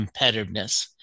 competitiveness